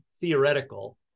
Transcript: theoretical